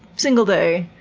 single. day.